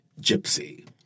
Gypsy